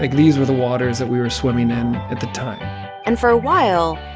like these were the waters that we were swimming in at the time and for a while,